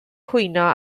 cwyno